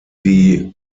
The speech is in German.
die